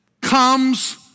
comes